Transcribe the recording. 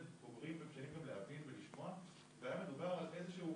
בוגרים ובשלים גם להבין ולשמוע והיה מדובר על איזשהו